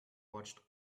watched